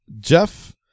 Jeff